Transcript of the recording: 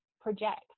project